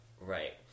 right